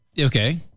okay